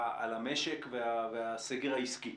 על המשק, על והסגר העסקי.